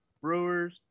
brewers